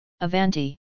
Avanti